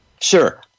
Sure